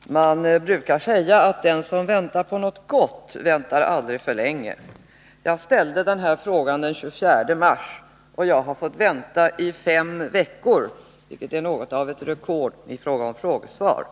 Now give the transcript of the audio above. Herr talman! Man brukar säga att den som väntar på något gott aldrig väntar för länge. Jag framställde min fråga den 24 mars, och jag har fått vänta i fem veckor på ett svar. Det är något av ett rekord när det gäller väntan på frågesvar.